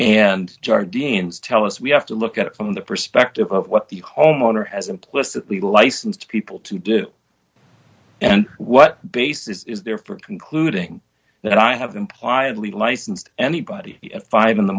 judge dean's tell us we have to look at it from the perspective of what the homeowner has implicitly licensed people to do and what basis is there for concluding that i have impliedly licensed anybody if i'm in the